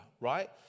right